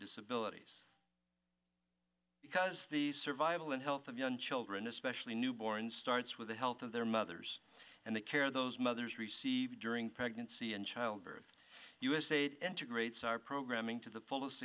disability because the survival and health of young children especially newborn starts with the health of their mothers and the care of those mothers received during pregnancy and childbirth usaid integrates our programming to the fullest